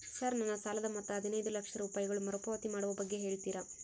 Sir ನನ್ನ ಸಾಲದ ಮೊತ್ತ ಹದಿನೈದು ಲಕ್ಷ ರೂಪಾಯಿಗಳು ಮರುಪಾವತಿ ಮಾಡುವ ಬಗ್ಗೆ ಹೇಳ್ತೇರಾ?